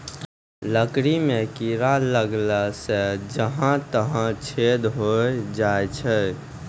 लकड़ी म कीड़ा लगला सें जहां तहां छेद होय जाय छै